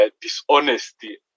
dishonesty